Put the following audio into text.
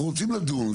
אנחנו רוצים לדון,